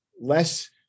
less